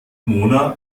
mona